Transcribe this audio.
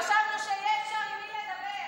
חשבנו שיהיה שם עם מי לדבר.